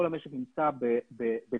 כל המשק נמצא בצרות.